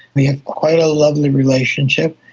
we have quite a lovely relationship.